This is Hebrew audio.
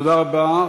תודה רבה.